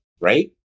right